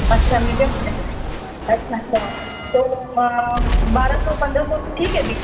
اچھا make up file اچھا اچھا تو بارہ سو پندرہ سو ٹھیک ہے ابھی